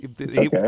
okay